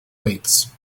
weights